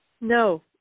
No